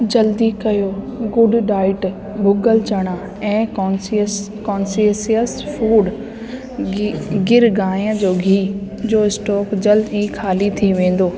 जल्दी कयो good diet भुग॒ल चणा ऐं कॉन्सियस कॉन्ससियस फ़ूड गि गिर गांइ जो गीहु जो स्टोक जल्द ई ख़ाली थी वेंदो